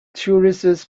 tourists